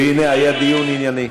והנה, היה דיון ענייני.